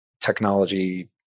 technology